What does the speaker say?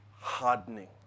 hardening